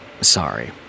Sorry